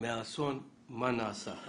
מהאסון מה נעשה.